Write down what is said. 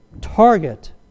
Target